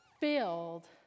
filled